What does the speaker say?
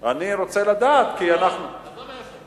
אני רוצה לדעת כי אנחנו, עזוב מאיפה.